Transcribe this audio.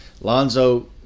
Lonzo